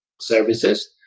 services